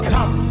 Come